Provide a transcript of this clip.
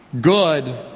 Good